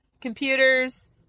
computers